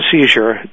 seizure